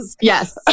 Yes